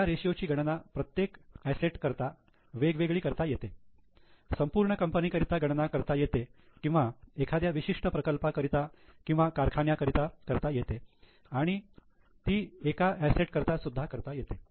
या रेषीयो ची गणना प्रत्येक असेट करता वेगवेगळी करता येते संपूर्ण कंपनी करिता गणना करता येते किंवा एखाद्या विशिष्ट प्रकल्पाकरिता किंवा कारखान्या करिता करता येते आणि ती एका असेट करता सुद्धा करता येते